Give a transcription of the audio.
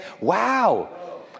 Wow